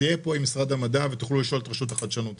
רפורמת הייבוא היא רפורמה משמעותית ביותר,